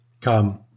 Come